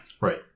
Right